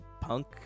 punk